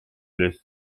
lässt